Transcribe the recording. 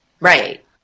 Right